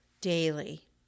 daily